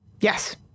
Yes